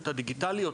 את הדיגיטליות,